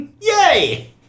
Yay